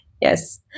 yes